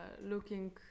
looking